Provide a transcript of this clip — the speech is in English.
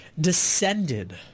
descended